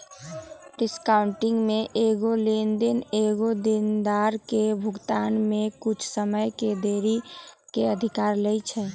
discounting में एगो लेनदार एगो देनदार के भुगतान में कुछ समय के देरी के अधिकार लेइ छै